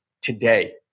today